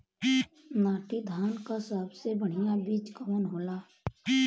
नाटी धान क सबसे बढ़िया बीज कवन होला?